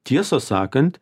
tiesą sakant